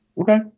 Okay